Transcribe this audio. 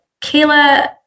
Kayla